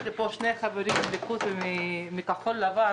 יש פה שני חברים מ"הליכוד" ומ- "כחול לבן".